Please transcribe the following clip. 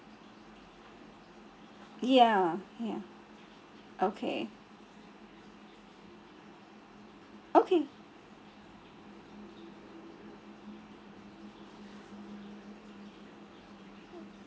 ya ya okay okay